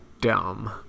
dumb